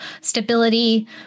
stability